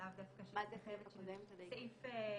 סעיף (ה).